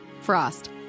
Frost